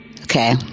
okay